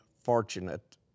fortunate